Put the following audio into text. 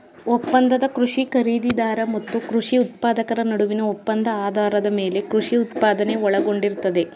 ಒಪ್ಪಂದದ ಕೃಷಿ ಖರೀದಿದಾರ ಮತ್ತು ಕೃಷಿ ಉತ್ಪಾದಕರ ನಡುವಿನ ಒಪ್ಪಂದ ಆಧಾರದ ಮೇಲೆ ಕೃಷಿ ಉತ್ಪಾದನೆ ಒಳಗೊಂಡಿರ್ತದೆ